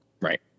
right